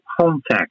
contact